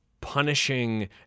punishing